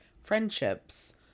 friendships